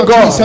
God